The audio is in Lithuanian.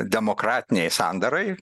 demokratinei sandarai